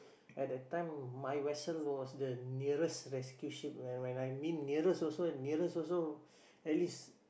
at that time my vessel was the nearest rescue ship when when I mean nearest also nearest also at least